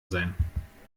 sein